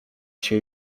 się